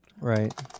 right